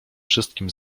wszystkim